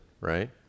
right